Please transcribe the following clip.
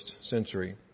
century